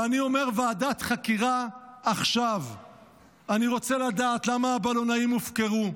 ואני אומר: ועדת חקירה עכשיו --- אני רוצה לדעת למה הבלונאים הופקרו?